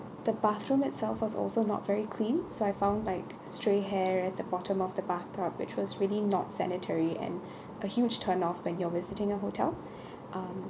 the bathroom itself was also not very clean so I found like stray hair at the bottom of the bathtub which was really not sanitary and a huge turn off when you're visiting a hotel um